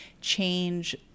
change